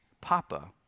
Papa